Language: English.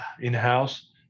in-house